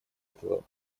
этого